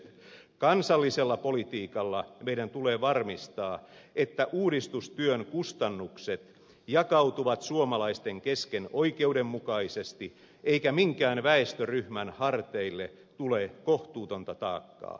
kansallisella politiikalla meidän tulee varmistaa että uudistustyön kustannukset jakautuvat suomalaisten kesken oikeudenmukaisesti eikä minkään väestöryhmän harteille tule kohtuutonta taakkaa